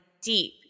deep